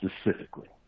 specifically